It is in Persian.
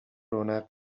رونق